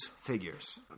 figures